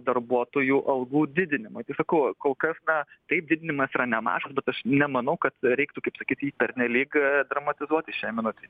darbuotojų algų didinimui tai sakau kol kas na taip didinimas yra nemažas bet aš nemanau kad reiktų kaip sakyt jį pernelyg dramatizuoti šiai minutei